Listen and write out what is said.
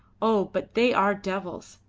oh! but they are devils,